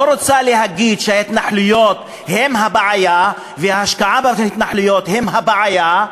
לא רוצה להגיד שההתנחלויות הן הבעיה והשקעה בהתנחלויות היא הבעיה,